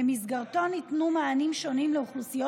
ובמסגרתו ניתנו מענים שונים לאוכלוסיות